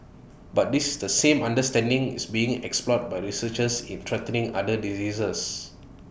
but this the same understanding is being explored by researchers in treating other diseases